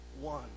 one